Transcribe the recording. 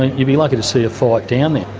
you'd be lucky to see a fight down there.